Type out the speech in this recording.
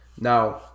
Now